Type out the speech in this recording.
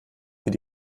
will